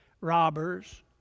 robbers